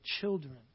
children